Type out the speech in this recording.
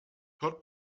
hört